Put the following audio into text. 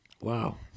Wow